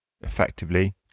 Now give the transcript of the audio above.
effectively